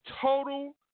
total